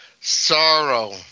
sorrow